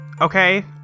Okay